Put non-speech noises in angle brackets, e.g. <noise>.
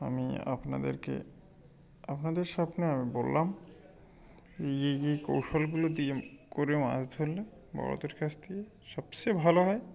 আমি আপনাদেরকে আপনাদের <unintelligible> আমি বললাম এই এই এই কৌশলগুলো দিয়ে করে মাছ ধরলে বড়দের কাছ থেকে সবচেয়ে ভালো হয়